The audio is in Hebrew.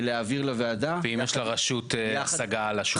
ואם יש לרשות השגה על השומה?